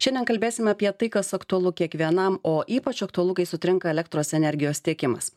šiandien kalbėsim apie tai kas aktualu kiekvienam o ypač aktualu kai sutrinka elektros energijos tiekimas